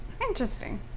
Interesting